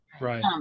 Right